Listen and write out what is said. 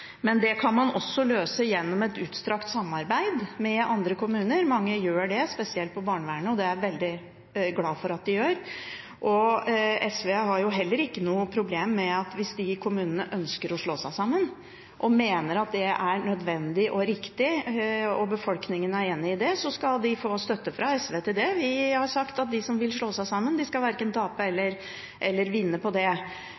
men det kan også løses gjennom et utstrakt samarbeid med andre kommuner. Mange gjør det, spesielt innen barnevernet, og det er jeg veldig glad for at de gjør. SV har heller ikke noe problem med at kommuner ønsker å slå seg sammen. Hvis de mener at det er nødvendig og riktig og befolkningen er enig i det, skal de få støtte fra SV til det. Vi har sagt at de som vil slå seg sammen, verken skal tape